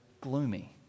gloomy